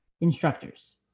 instructors